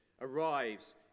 arrives